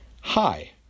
Hi